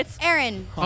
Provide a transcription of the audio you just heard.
Aaron